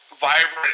vibrant